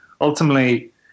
ultimately